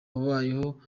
habayeho